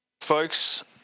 folks